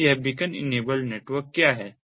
तो यह beacon enabled network क्या है